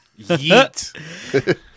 Yeet